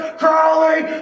crawling